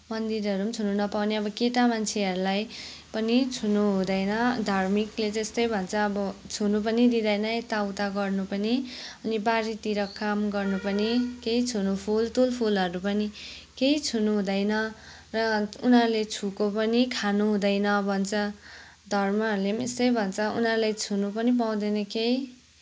मन्दिरहरू पनि छुनु नपाउने अब केटा मान्छेहरूलाई पनि छुनु हुँदैन धार्मिकले त्यस्तै भन्छ अब छुनु पनि दिँदैन यता उता गर्न पनि अनि बारीतिर काम गर्न पनि केही छुनु फुल तुल फुलहरू पनि केही छुनु हुँदैन र उनीहरूले छोएको पनि खानु हुँदैन भन्छ धर्महरूले नि यस्तै भन्छ उनीहरूले छुनु पनि पाउँदैन केही